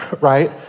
right